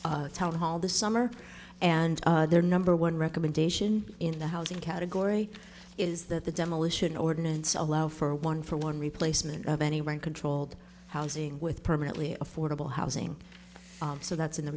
town hall this summer and their number one recommendation in the housing category is that the demolition ordinance allow for one for one replacement of any one controlled housing with permanently affordable housing so that's in